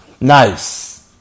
Nice